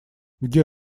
где